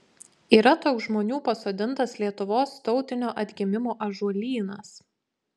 yra toks žmonių pasodintas lietuvos tautinio atgimimo ąžuolynas